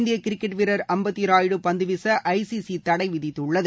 இந்திய கிரிக்கெட் வீரர் அம்பத்தி ராயுடு பந்து வீச ஐ சி சி தடை வித்துள்ளது